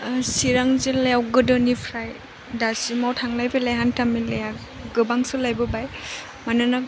चिरां जिल्लायाव गोदोनिफ्राय दासिमाव थांलाय फैलाय हान्था मेलाया गोबां सोलायबोबाय मानोना